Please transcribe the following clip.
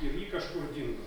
ir ji kažkur dingo